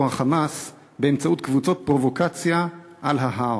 ה"חמאס" באמצעות קבוצות פרובוקציה על ההר.